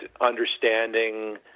understanding